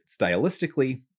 stylistically